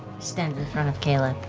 stand in front of caleb.